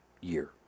year